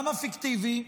למה פיקטיבי?